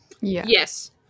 Yes